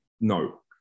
No